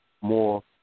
more